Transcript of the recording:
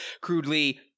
crudely